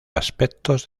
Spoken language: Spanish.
aspectos